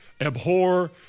abhor